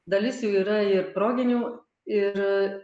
dalis jų yra ir proginių ir